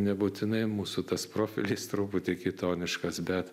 nebūtinai mūsų tas profilis truputį kitoniškas bet